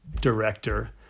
director